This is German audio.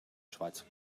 schweizer